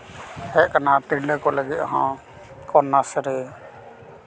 ᱦᱮᱡ ᱠᱟᱱᱟ ᱛᱤᱨᱞᱟᱹ ᱠᱚ ᱞᱟᱹᱜᱤᱫ ᱦᱚᱸ ᱠᱚᱱᱱᱟᱥᱥᱨᱤ